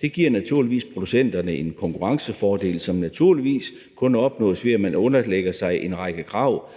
Det giver naturligvis producenterne en konkurrencefordel, som kun opnås, ved at man underlægger sig en række krav